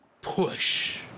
push